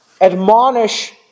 admonish